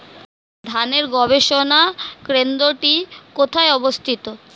ধানের গবষণা কেন্দ্রটি কোথায় অবস্থিত?